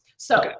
so, yeah